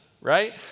right